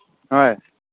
ꯍꯣꯏ